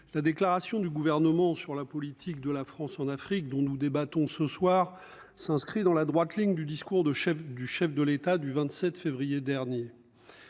La déclaration du gouvernement sur la politique de la France en Afrique, dont nous débattons ce soir s'inscrit dans la droite ligne du discours de chef du chef de l'État du 27 février dernier.